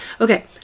okay